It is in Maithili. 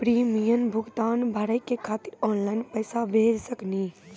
प्रीमियम भुगतान भरे के खातिर ऑनलाइन पैसा भेज सकनी?